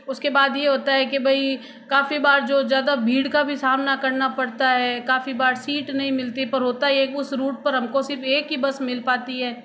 उसके बाद ये होता है की भाई काफ़ी बार जो ज़्यादा भीड़ का भी सामना करना पड़ता है काफ़ी बार सीट नहीं मिलती पर होता ये है की उस रूट पर हमको सिर्फ एक ही बस मिल पाती है